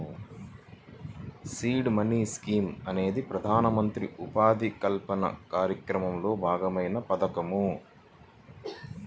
seed money scheme అనేది ప్రధానమంత్రి ఉపాధి కల్పన కార్యక్రమంలో భాగమైన పథకం